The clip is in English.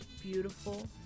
beautiful